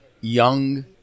young